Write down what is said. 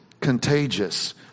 contagious